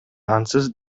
ансыз